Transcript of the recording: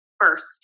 first